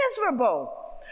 miserable